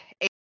eight